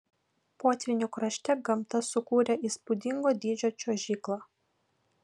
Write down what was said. potvynių krašte gamta sukūrė įspūdingo dydžio čiuožyklą